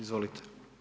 Izvolite.